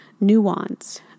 nuance